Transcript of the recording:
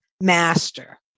master